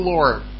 Lord